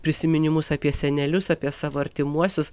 prisiminimus apie senelius apie savo artimuosius